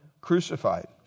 crucified